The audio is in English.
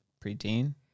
preteen